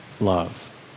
love